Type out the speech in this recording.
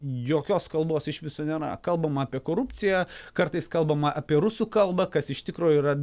jokios kalbos iš viso nėra kalbama apie korupciją kartais kalbama apie rusų kalbą kas iš tikro yra